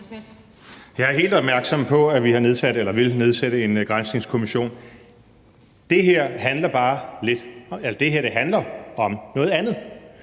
Jeg er helt opmærksom på, at vi vil nedsætte en Granskningskommission, men det her handler bare om noget andet.